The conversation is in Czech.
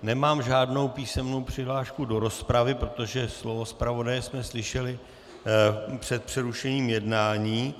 Nemám žádnou písemnou přihlášku do rozpravy, protože slovo zpravodaje jsme slyšeli před přerušením jednání.